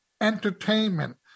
entertainment